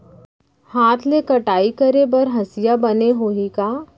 हाथ ले कटाई करे बर हसिया बने होही का?